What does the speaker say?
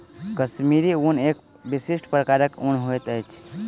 कश्मीरी ऊन एक विशिष्ट प्रकारक ऊन होइत अछि